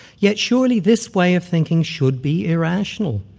yet surely this way of thinking should be irrational.